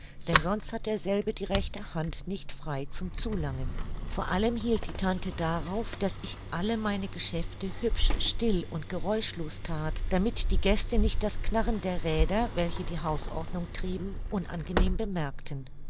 denn sonst hat derselbe die rechte hand nicht frei zum zulangen vor allem hielt die tante darauf daß ich alle meine geschäfte hübsch still und geräuschlos that damit die gäste nicht das knarren der räder welche die hausordnung trieben unangenehm bemerkten